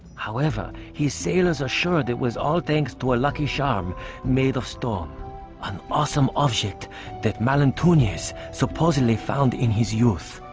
however his sailors assured it was all thanks to a lucky charm made of stone an awesome object that mal antonius supposedly found in his youth